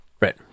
right